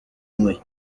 inkwi